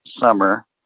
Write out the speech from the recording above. summer